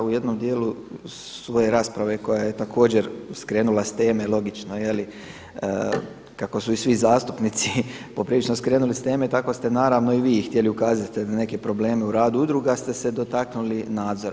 U jednom dijelu svoje rasprave koja je također skrenula s teme, logično jeli kako su i svi zastupnici poprilično skrenuli s teme, tako ste naravno i vi htjeli ukazati na neke probleme u radu udruga ste se dotaknuli nadzora.